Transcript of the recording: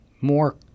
more